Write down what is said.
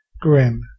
Grim